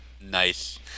Nice